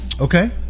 okay